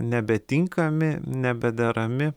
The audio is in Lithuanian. nebetinkami nebederami